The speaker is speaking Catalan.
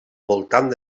voltant